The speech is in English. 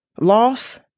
loss